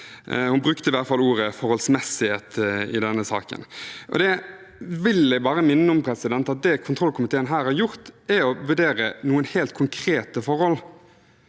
Hun brukte i hvert fall ordet forholdsmessig i denne saken. Jeg vil bare minne om at det kontrollkomiteen her har gjort, er å vurdere noen helt konkrete forhold.